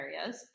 areas